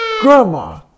Grandma